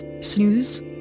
snooze